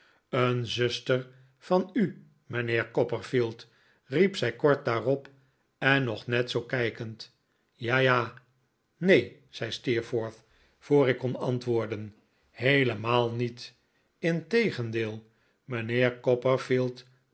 een zuster van u mijnheer copperfield riep zij kort daarop en nog net zoo kijkend ja ja neen zei steerforth voor ik kon antwoorden heelemaal niet integendeel mijnheer